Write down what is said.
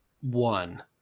one